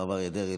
הרב אריה דרעי,